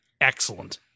excellent